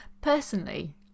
personally